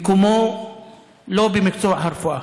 מקומו לא במקצוע הרפואה.